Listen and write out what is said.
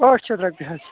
ٲٹھ شَتھ رۄپیہِ حظ